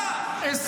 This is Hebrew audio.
על המלחמה בצפון?